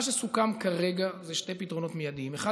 מה שסוכם כרגע הוא שני פתרונות מיידיים: אחד,